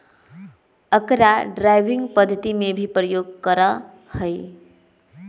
अकरा ड्राइविंग पद्धति में भी प्रयोग करा हई